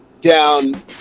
down